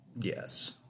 Yes